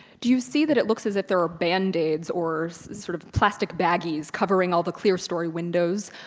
do you see that it looks as if there are band-aids or sort of plastic baggies covering all the clear story windows?